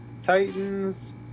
Titans